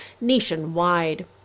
nationwide